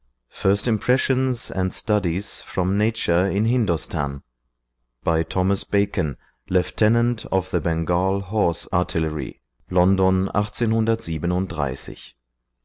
nature in hindostan by thomas bacon lieut of the bengal horse artillery lonodon